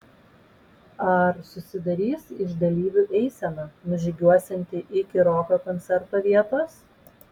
ar susidarys iš dalyvių eisena nužygiuosianti iki roko koncerto vietos